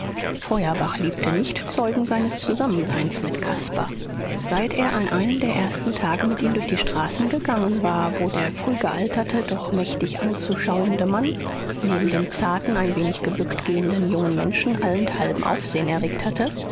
feuerbach liebte nicht zeugen seines zusammenseins mit caspar seit er an einem der ersten tage mit ihm durch die straßen gegangen war wo der früh gealterte doch mächtig anzuschauende mann neben dem zarten ein wenig gebückt gehenden jungen menschen allenthalben aufsehen erregt hatte